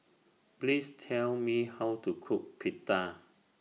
Please Tell Me How to Cook Pita